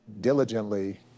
diligently